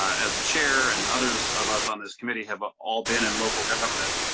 as chair and others of us on this committee have ah all been and local governments.